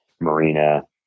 Marina